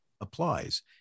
applies